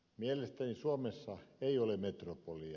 mielestäni suomessa ei ole metropolia